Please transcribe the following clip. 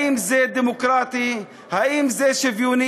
האם זה דמוקרטי, האם זה שוויוני,